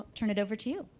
um return it over to you.